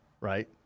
Right